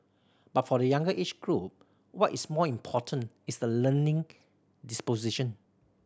but for the younger age group what is more important is the learning disposition